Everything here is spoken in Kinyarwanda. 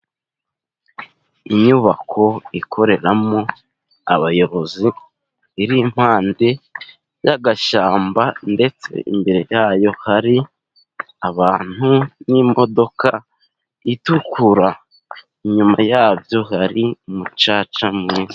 Inyubako ikoreramo abayobozi iri impande y'agashyamba, ndetse imbere yayo hari abantu n'imodoka itukura. Inyuma yabyo hari umucaca mwiza.